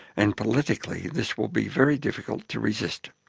and politically this will be very difficult to resist.